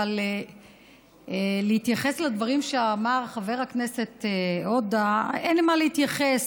אבל להתייחס לדברים שאמר חבר הכנסת עודה אין לי מה להתייחס,